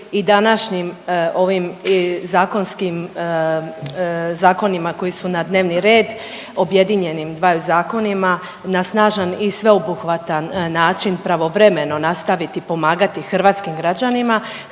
i današnjim ovim zakonskim zakonima koji su na dnevni red objedinjenim dvaju zakonima na snažan i sveobuhvatan način pravovremeno nastaviti pomagati hrvatskim građanima,